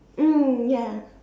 mm ya